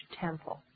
temple